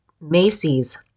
Macy's